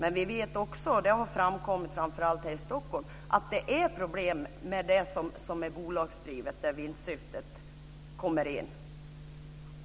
Men vi vet också, och det har framkommit framför allt här i Stockholm, att det är problem med det som är bolagsdrivet, där vinstsyftet kommer in.